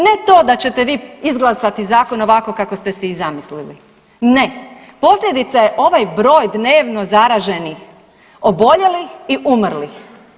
Ne to da ćete vi izglasati zakon ovako kako ste si i zamislili, ne, posljedica je ovaj broj dnevno zaraženih, oboljelih i umrlih.